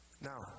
Now